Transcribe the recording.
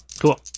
Cool